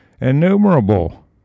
innumerable